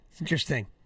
interesting